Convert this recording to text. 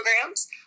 programs